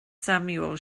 samuel